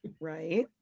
right